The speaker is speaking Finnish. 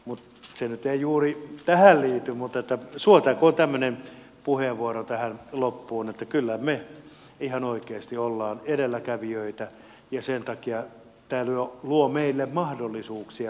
se nyt ei juuri tähän liity mutta suotakoon tämmöinen puheenvuoro tähän loppuun että kyllä me ihan oikeasti olemme edelläkävijöitä ja sen takia tämä myös luo meille mahdollisuuksia